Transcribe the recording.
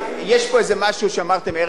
יש פה איזה משהו שאמרתם: ערב בחירות,